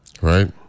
right